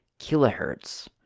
kilohertz